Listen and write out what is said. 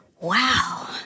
Wow